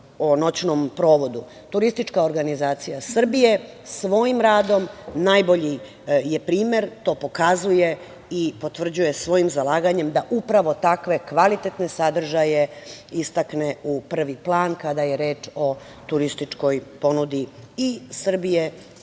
Turistička organizacija Srbije svojim radom najbolji je primer, to pokazuje i potvrđuje svojim zalaganjem, da upravo takve kvalitetne sadržaje istakne u prvi plan kada je reč o turističkoj ponudi i Srbije